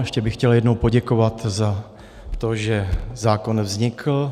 Ještě bych chtěl jednou poděkovat za to, že zákon vznikl.